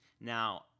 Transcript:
Now